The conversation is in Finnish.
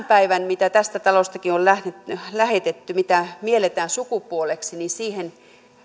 päivänä siihen mitä viestiä tästä talostakin on lähetetty lähetetty mitä mielletään sukupuoleksi